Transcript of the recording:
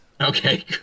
Okay